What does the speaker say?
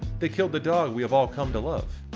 they killed the dog, we have all come to love.